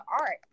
art